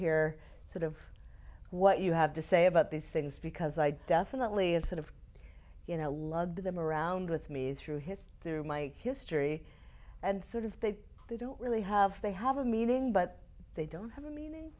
hear sort of what you have to say about these things because i definitely had sort of you know loved them around with me through history through my history and sort of they they don't really have they have a meaning but they don't have a meaning